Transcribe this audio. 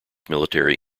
military